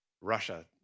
Russia